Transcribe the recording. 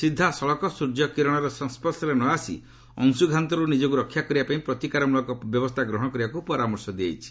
ସିଧାସଳଖ ସ୍ୱର୍ଯ୍ୟ କିରଣର ସଂସ୍ୱର୍ଶରେ ନ ଆସି ଅଂଶୁଘାତରୁ ନିଜକୁ ରକ୍ଷା କରିବା ପାଇଁ ପ୍ରତିକାର ମୂଳକ ବ୍ୟବସ୍ଥା ଗ୍ରହଣ କରିବାକୁ ପରାମର୍ଶ ଦିଆଯାଇଛି